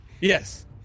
Yes